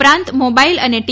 ઉપરાંત મીબાઇલ અને ટી